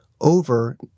over